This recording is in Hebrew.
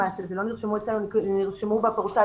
למעשה זה לא נרשמו אצלנו אלא נרשמו בפורטל